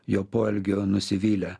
jo poelgiu nusivylę